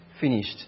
finished